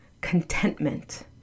contentment